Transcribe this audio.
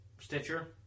stitcher